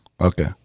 Okay